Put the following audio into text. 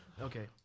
Okay